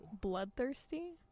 Bloodthirsty